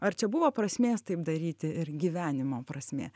ar čia buvo prasmės taip daryti ir gyvenimo prasmė